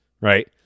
right